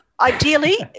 Ideally